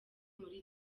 muri